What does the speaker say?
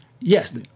Yes